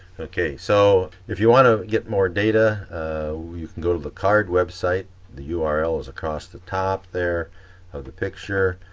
ok, so if you want to get more data we go to the card website, the ah url is across the top there of the picture,